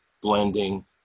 blending